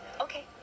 Okay